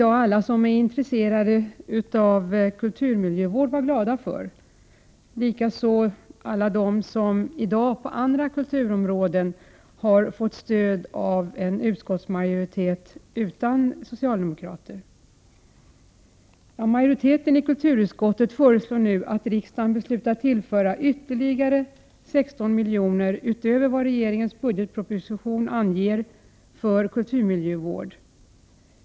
Alla som är intresserade av kulturmiljövård och alla som på andra kulturområden har fått stöd av en utskottsmajoritet utan socialdemokrater kan i dag vara glada för det. En majoritet i kulturutskottet föreslår att riksdagen beslutar tillföra 16 miljoner utöver vad regeringens budgetproposition anger för kulturmiljövård.